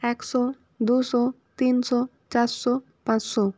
একশো দুশো তিনশো চারশো পাঁচশো